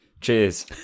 Cheers